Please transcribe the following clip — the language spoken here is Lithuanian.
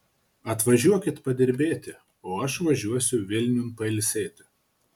atvažiuokit padirbėti o aš važiuosiu vilniun pailsėti